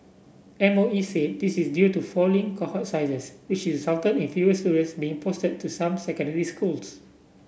M O E said this is due to falling cohort sizes which resulted in fewer students being posted to some secondary schools